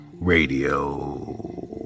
Radio